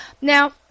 Now